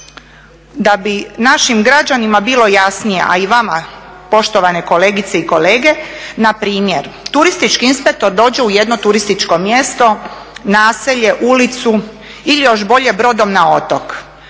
Da bi našim građanima bilo jasnije, a i vama poštovane kolegice i kolege na primjer turistički inspektor dođe u jedno turističko mjesto, naselje, ulicu ili još bolje brodom na otok.